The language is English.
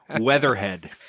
Weatherhead